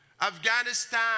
Afghanistan